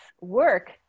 work